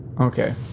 Okay